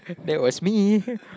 that was me